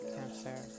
Cancer